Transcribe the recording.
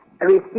receive